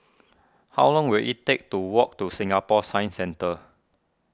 how long will it take to walk to Singapore Science Centre